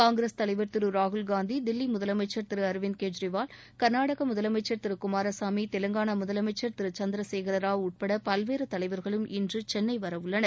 காங்கிரஸ் தலைவர் திரு ராகுல் காந்தி தில்லி முதலமைச்சள் திரு அரவிந்த் கெஜ்ரிவால் கா்நாடக முதலமைச்ச் திரு குமாரசாமி தெலங்கானா முதலமைச்ச் திரு சந்திரசேகரராவ் உட்பட பல்வேறு தலைவர்களும் இன்று சென்னை வரவுள்ளனர்